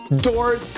Dort